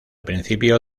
principio